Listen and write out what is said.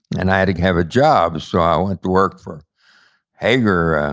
and i had to have a job. so i went to work for haggar, a